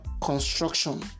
construction